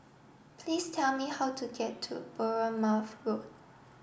please tell me how to get to Bournemouth Road